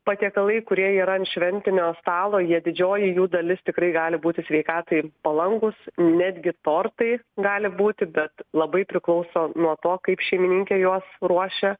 patiekalai kurie yra ant šventinio stalo jie didžioji jų dalis tikrai gali būti sveikatai palankūs netgi tortai gali būti bet labai priklauso nuo to kaip šeimininkė juos ruošia